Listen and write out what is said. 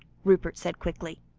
rupert said quickly.